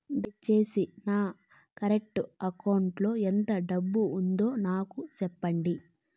దయచేసి నా current account లో ఎంత డబ్బు ఉందో నాకు సెప్పండి